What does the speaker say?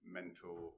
mental